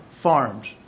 farms